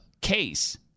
case